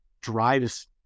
drives